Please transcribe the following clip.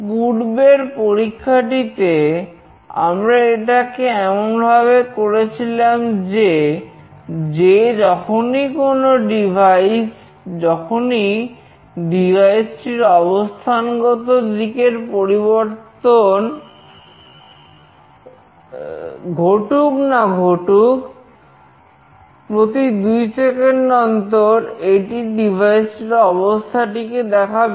পূর্বের পরীক্ষাটিতে আমরা এটাকে এমন ভাবে করেছিলাম যে যে যখনই ডিভাইস টির অবস্থাটিকে দেখাবে